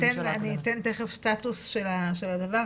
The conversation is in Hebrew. אני אתן תיכף סטטוס של הדבר,